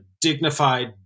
dignified